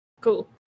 Cool